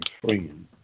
friend